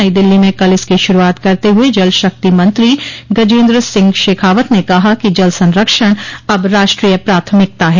नई दिल्ली में कल इसकी शुरूआत करते हुए जलशक्ति मंत्री गजेन्द्र सिंह शेखावत ने कहा कि जल संरक्षण अब राष्ट्रीय प्राथमिकता है